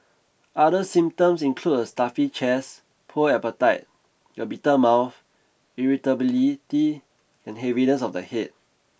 other symptoms include a stuffy chest poor appetite a bitter mouth irritability and heaviness of the head